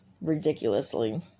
ridiculously